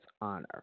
honor